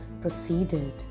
proceeded